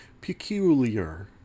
Peculiar